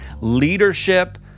leadership